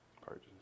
purchase